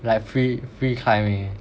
like free free climbing